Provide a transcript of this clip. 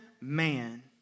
man